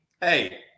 Hey